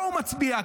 הוא לא מצביע,